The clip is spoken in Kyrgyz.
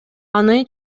аны